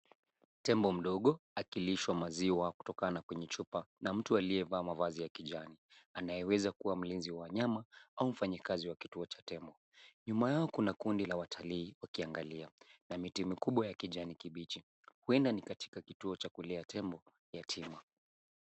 Tembo mdogo akilishwa maziwa kutokana kwenye chupa na mtu aliyevaa mavazi ya kijani anayeweza kuwa mlinzi wa wanyama au mfanyikazi wa kituo cha tembo. Nyuma yao kuna kundi la watalii wakiangalia na miti mikubwa ya kijani kibichi, huenda ni katika kituo cha kulea tembo yatima.